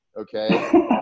Okay